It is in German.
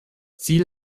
ziel